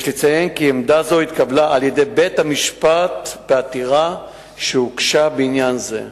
יש לציין כי עמדה זו התקבלה על-ידי בית-המשפט בעתירה שהוגשה בעניין זה.